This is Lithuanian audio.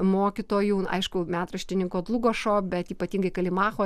mokytojų aišku metraštininko dlugošo bet ypatingai kalimacho